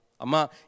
Ama